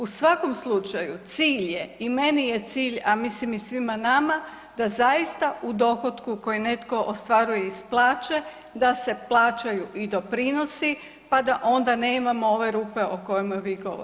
U svakom slučaju cilj je, a i meni je cilj, a mislim i svima nama da zaista u dohotku koji netko ostvaruje iz plaće da se plaćaju i doprinosi, pa da onda nemamo ove rupe o kojima vi govorite.